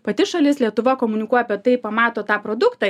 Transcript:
pati šalis lietuva komunikuoja apie tai pamato tą produktą